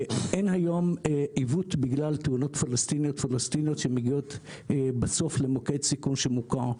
אין היום עיוות בגלל תאונות פלסטיניות שמגיעות בסוף למוקד סיכון שמוכר.